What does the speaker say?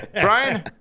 Brian